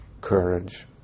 courage